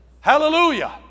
Hallelujah